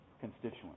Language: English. constituents